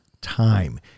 time